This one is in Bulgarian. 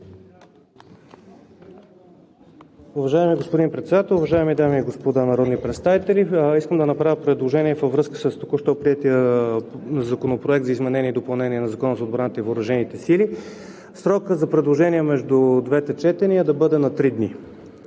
Уважаеми господин Председател, уважаеми дами и господа народни представители! Искам да направя предложение във връзка с току-що приетия Законопроект за изменение и допълнение на Закона за отбраната и въоръжените сили – срокът за предложения между двете четения да бъде три дни.